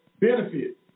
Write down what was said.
benefit